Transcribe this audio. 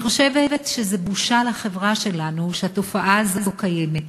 אני חושבת שזו בושה לחברה שלנו שהתופעה הזאת קיימת.